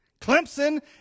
Clemson